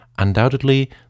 Undoubtedly